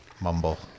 mumble